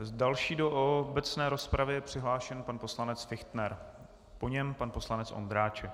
Další do obecné rozpravy je přihlášen pan poslanec Fichtner, po něm pan poslanec Ondráček.